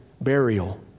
burial